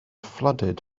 flooded